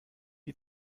die